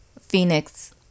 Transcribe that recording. Phoenix